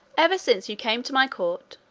ever since you came to my court,